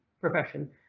profession